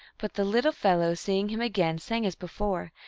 but the little fellow, seeing him again, sang as before,